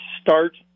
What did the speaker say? start